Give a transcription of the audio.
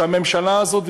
שהממשלה הזאת,